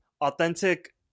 authentic